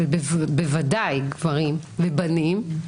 בוודאי גברים ובנים,